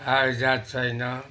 हावाजहाज छैन